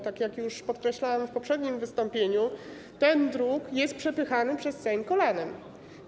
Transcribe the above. Tak jak już podkreślałam w poprzednim wystąpieniu, ten druk jest przepychany przez Sejm kolanem.